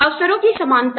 अवसरों की समानता